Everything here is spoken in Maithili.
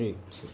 ठीक छै